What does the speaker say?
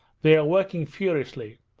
they are working furiously.